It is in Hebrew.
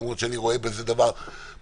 למרות שאני רואה בזה דבר פופוליסטי,